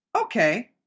Okay